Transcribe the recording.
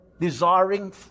desiring